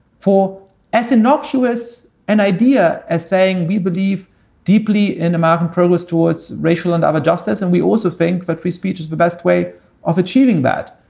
for as innocuous an idea as saying we believe deeply in american progress towards racial and justice, and we also think that free speech is the best way of achieving that.